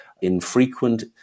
infrequent